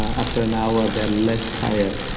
after an hour they're less tired.